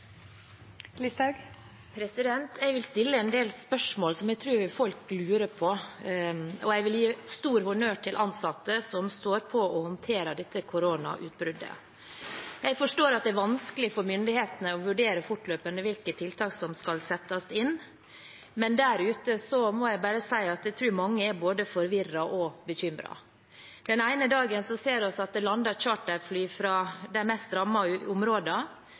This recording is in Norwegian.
jeg tror folk lurer på, og jeg vil gi stor honnør til ansatte som står på og håndterer dette koronautbruddet. Jeg forstår at det er vanskelig for myndighetene å vurdere fortløpende hvilke tiltak som skal settes inn, men jeg må bare si at jeg tror mange er både forvirret og bekymret der ute. Den ene dagen ser vi at det lander charterfly fra de mest